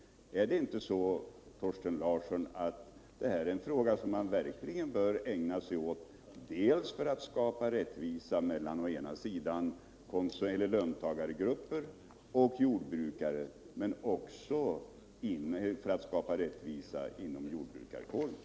Är det inte så, Thorsten Larsson, att det här är en fråga som man verkligen bör ägna sig åt för att skapa rättvisa dels mellan löntagargrupper och jordbrukare, dels inom jordbrukarkåren?